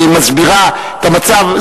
מסבירה את המצב.